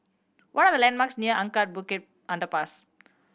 what are the landmarks near Anak Bukit Underpass